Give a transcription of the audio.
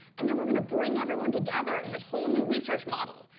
and then we're going to bring everyone together in this whole new research model.